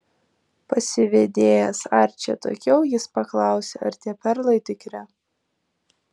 pasivedėjęs arčį atokiau jis paklausė ar tie perlai tikri